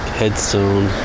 headstone